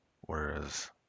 whereas